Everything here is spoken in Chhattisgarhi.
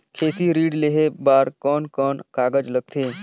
खेती ऋण लेहे बार कोन कोन कागज लगथे?